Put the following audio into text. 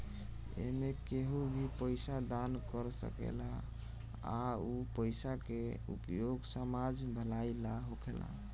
एमें केहू भी पइसा दान कर सकेला आ उ पइसा के उपयोग समाज भलाई ला होखेला